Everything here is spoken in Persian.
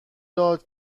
داد